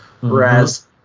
Whereas